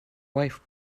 wife